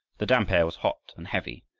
the damp air was hot and heavy,